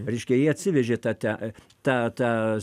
reiškia jie atsivežė tą te tą tą